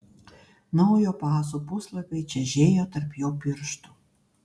naujo paso puslapiai čežėjo tarp jo pirštų